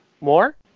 More